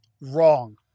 wrong